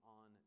on